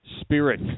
spirit